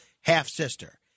half-sister